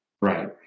Right